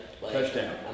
touchdown